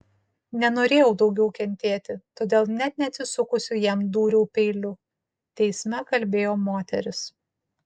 nenorėjau daugiau kentėti todėl net neatsisukusi jam dūriau peiliu teisme kalbėjo moteris